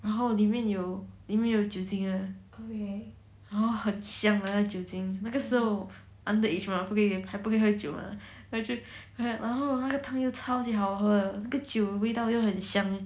然后里面有里面有酒精的然后很香那个酒精那个时候 underage mah 还不可以喝酒嘛那就然后那个汤又超级好喝那个酒味道也很香